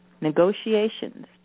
negotiations